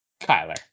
Kyler